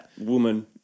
woman